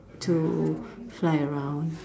to fly around